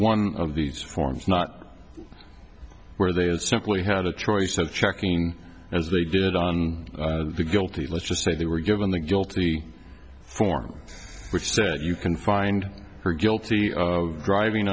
one of these forms not where they simply had a choice of checking as they did on the guilty let's just say they were given the guilty form which you can find her guilty of driving